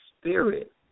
spirit